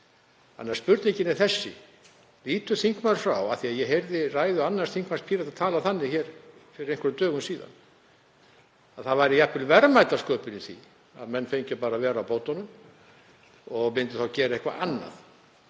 framfærslu. Spurningin er þessi: Lítur þingmaðurinn svo á, af því að ég heyrði ræðu annars þingmanns Pírata tala þannig hér fyrir einhverjum dögum, að það væri jafnvel verðmætasköpun í því að menn fengju bara að vera á bótunum og myndu þá gera eitthvað annað?